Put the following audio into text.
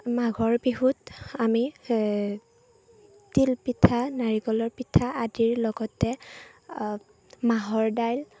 মাঘৰ বিহুত আমি তিল পিঠা নাৰিকলৰ পিঠা আদিৰ লগতে মাহৰ দাইল